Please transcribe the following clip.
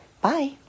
Bye